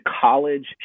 college